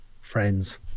friends